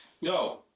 Yo